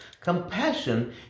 Compassion